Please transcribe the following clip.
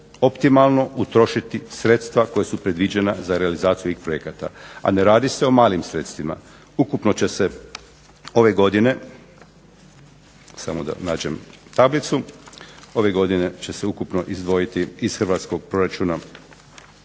optimalno utrošiti sredstva koja su predviđena za realizaciju tih projekata? A ne radi se o malim sredstvima. Ukupno će se ove godine, samo da nađem tablicu, ove godine će se ukupno izdvojiti iz hrvatskog proračuna